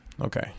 Okay